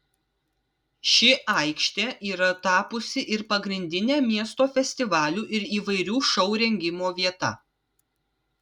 ši aikštė yra tapusi ir pagrindine miesto festivalių ir įvairių šou rengimo vieta